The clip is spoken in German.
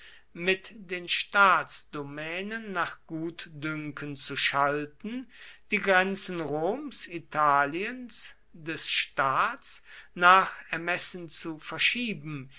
mit den staatsdomänen nach gutdünken zu schalten die grenzen roms italiens des staats nach ermessen zu verschieben